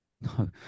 No